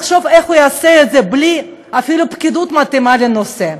לחשוב איך הוא יעשה את זה בלי אפילו פקידות מתאימה לנושא.